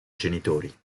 genitori